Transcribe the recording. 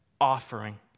offering